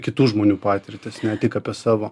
kitų žmonių patirtis ne tik apie savo